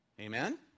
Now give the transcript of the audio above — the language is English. Amen